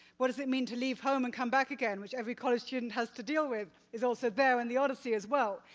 what does it mean to leave home and come back again, which every college student has to deal with is also there in the odyssey as well.